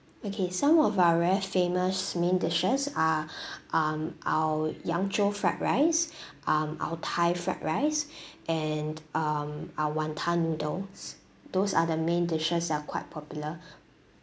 okay some of our very famous main dishes are um our yang zhou fried rice um our thai fried rice and um our wanton noodles those are the main dishes that are quite popular